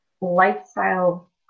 lifestyle